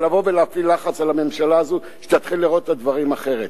לבוא ולהפעיל לחץ על הממשלה הזאת שתתחיל לראות את הדברים אחרת.